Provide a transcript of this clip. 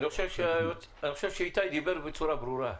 אני חושב שאיתי דיבר בצורה ברורה.